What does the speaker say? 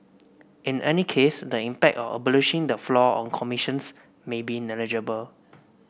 in any case the impact of abolishing the floor on commissions may be negligible